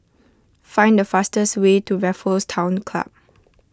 find the fastest way to Raffles Town Club